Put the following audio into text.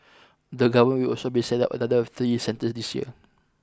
the government will also be set up another three centres this year